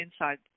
inside